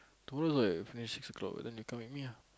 tomorrow is like I finish six o-clock then you come meet me ah